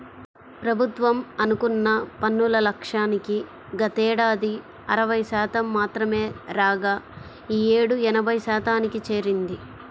ప్రభుత్వం అనుకున్న పన్నుల లక్ష్యానికి గతేడాది అరవై శాతం మాత్రమే రాగా ఈ యేడు ఎనభై శాతానికి చేరింది